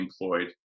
employed